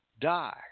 die